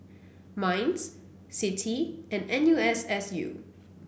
Minds CITI and N U S S U